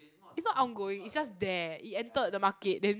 it's not on going it's just there it entered the market then